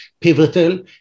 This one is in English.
pivotal